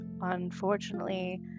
Unfortunately